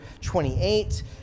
28